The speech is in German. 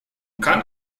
kann